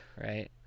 right